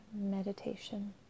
meditation